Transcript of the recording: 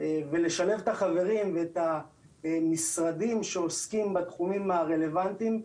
ולשלב את החברים ואת המשרדים שעוסקים בתחומים הרלבנטיים,